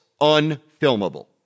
unfilmable